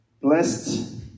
Blessed